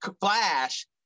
flash